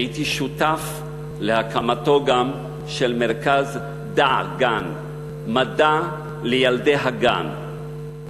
הייתי שותף להקמתו גם של מרכז "דע-גן" מדע לילדי הגן,